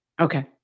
Okay